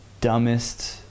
dumbest